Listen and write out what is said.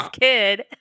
kid